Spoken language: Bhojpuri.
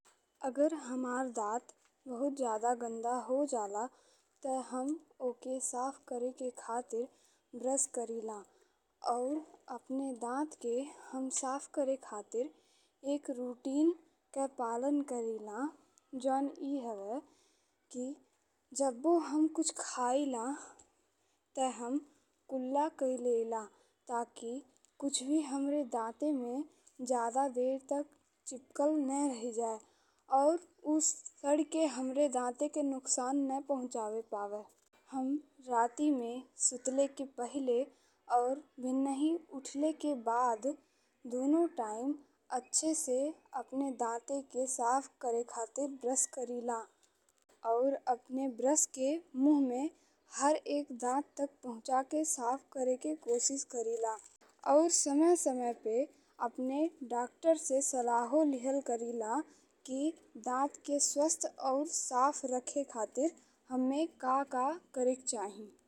अगर हमार दाँत बहुत जादा गंदा हो जाला ते हम ओके साफ करेके खातिर ब्रश कइला और अपने दाँत के हम साफ करे खातिर एक रूटीन के पालन कइला जौन ए हवे कि जब्बो हम कुछ खइला ते हम कुल्ला कइ लेला। ताकि कुछो भी हमरे दाँत में जादा देर तक चिपकल ने रहि जाए और उ सदी के हमरे दाँत के नुकसान ने पहुँचावे पावे। हम राती में सुतले के पहिले और भीन नाहीं उठले के बाद दुनो टाइम अच्छे से अपने दाँत के साद करे खातिर ब्रश कइला और अपने ब्रश के मुहं में हर एक दाँत तक पहुँचा के साफ करेके कोशिश कइला। और समय-समय पे अपने डाक्टर से सलाहो लिहल कइला कि दाँत के स्वास्थ और साफ रखे खातिर हम्मे का का करेके चाही।